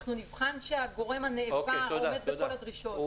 אנחנו נבחן שהגורם הנעבר עומד בכל הדרישות.